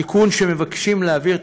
התיקון שמבקשים להעביר,